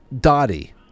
Dottie